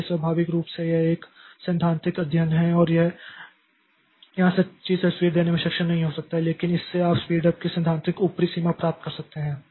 इसलिए स्वाभाविक रूप से यह एक सैद्धांतिक अध्ययन है और यह वहां सच्ची तस्वीर देने में सक्षम नहीं हो सकता है लेकिन इससे आप स्पीड उप की सैद्धांतिक ऊपरी सीमा प्राप्त कर सकते हैं